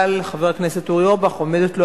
אבל חבר הכנסת אורי